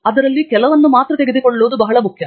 ಅದರಲ್ಲಿ ಕೆಲವನ್ನು ಮಾತ್ರ ತೆಗೆದುಕೊಳ್ಳುವುದು ಬಹಳ ಮುಖ್ಯ